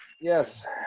yes